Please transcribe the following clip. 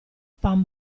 pan